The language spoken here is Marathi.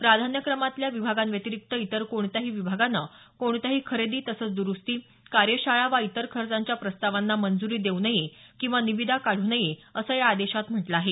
प्राधान्यक्रमाल्या विभागांव्यतिरिक्त इतर कोणत्याही विभागानं कोणत्याही खरेदी तसंच द्रुस्ती कार्यशाळा वा इतर खर्चांच्या प्रस्तावांना मंजुरी देऊ नये किंवा निविदा काढू नयेत असं या आदेशात म्हटलं आहे